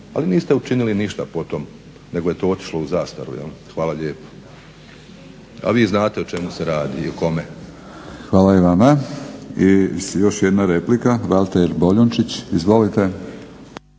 Ali niste učinili ništa po tom nego je to otišlo u zastaru jel'. Hvala lijepa. **Batinić, Milorad (HNS)** Hvala i vama. I još jedna replika, Valter Boljunčić. Izvolite.